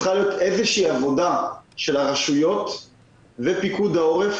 צריכה להיות איזו עבודה של הרשויות ושל פיקוד העורף,